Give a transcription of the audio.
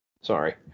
sorry